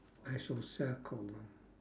I shall circle one